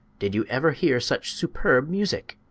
did you ever hear such superb music?